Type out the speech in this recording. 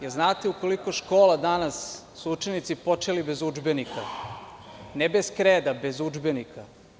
Da li znate u koliko škola danas su učenici počeli bez udžbenika, ne bez kreda, nego bez udžbenika?